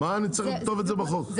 מה אני צריך לכתוב את זה בחוק.